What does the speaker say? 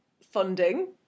funding